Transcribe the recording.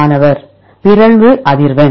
மாணவர் பிறழ்வு அதிர்வெண்